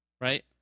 right